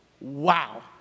Wow